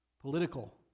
political